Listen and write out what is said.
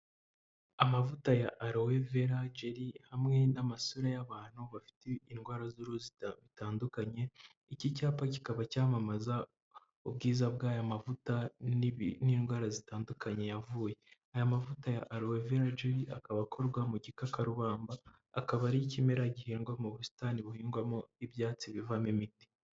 Amavuta ya aloe vera gel hamwe n'amasura y'abantu bafite indwara z'uruhu zitandukanye iki cyapa kikaba cyamamaza ubwiza bw'ayo mavuta n'indwara zitandukanye yavuye, aya mavuta ya aloe vera gelly akaba akorwa mu gikakarubamba akaba ari ikimera gihingwa mu busitani buhingwamo ibyatsi bivamo imiti.